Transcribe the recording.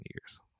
years